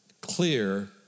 Clear